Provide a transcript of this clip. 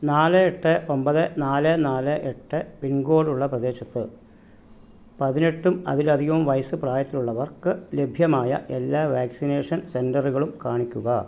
നാല് എട്ട് ഒമ്പത് നാല് നാല് എട്ട് പിൻകോഡുള്ള പ്രദേശത്ത് പതിനെട്ടും അതിൽ അധികവും വയസ്സ് പ്രായത്തിലുള്ളവർക്ക് ലഭ്യമായ എല്ലാ വാക്സിനേഷൻ സെൻ്ററുകളും കാണിക്കുക